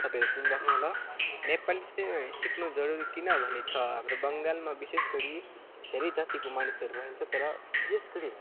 तपाईँहरू सुनी राख्नुहोला नेपाली चाहिँ सिक्नु जरुरी किनभने छ हाम्रो बङ्गालमा विशेषगरी धेरै जातिको मानिसहरू रहन्छ तर विशेषगरी